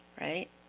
right